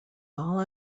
all